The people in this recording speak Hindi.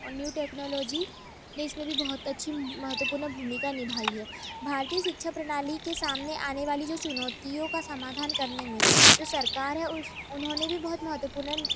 न्यू टेक्नोलॉजी में इसमें भी बहोत अच्छी महत्त्वपूर्ण भूमिका निभाई है भारतीय शिक्षा प्रणाली के सामने आने वाली जो चुनौतियों का समाधान करने में जो सरकार है उस उन्होंने ने भी बहुत महत्वपूर्ण